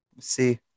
See